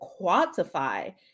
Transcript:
quantify